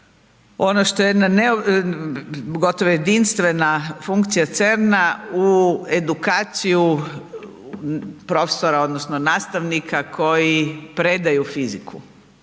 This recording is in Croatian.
ono što je jedna gotovo jedinstvena funkcija CERN-a u edukaciju profesora, odnosno nastavnika koji predaju fiziku,